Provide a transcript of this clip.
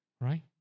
Right